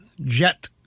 jet